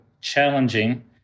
challenging